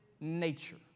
nature